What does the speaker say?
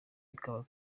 bikaba